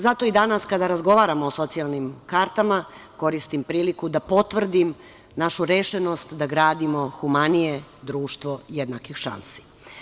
Zato i danas, kada razgovaramo o socijalnim kartama, koristim priliku da potvrdim našu rešenost da gradimo humanije društvo jednakih šansi.